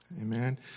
Amen